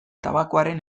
tabakoaren